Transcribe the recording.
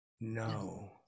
No